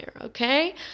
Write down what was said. okay